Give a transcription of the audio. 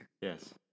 Yes